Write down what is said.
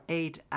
eight